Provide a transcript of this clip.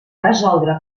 resoldre